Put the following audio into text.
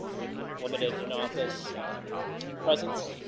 with limited in-office presence,